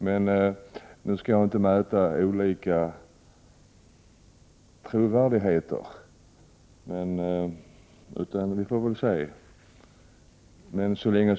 Jag skall inte mäta trovärdigheten på olika håll, utan vi får väl se.